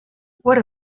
what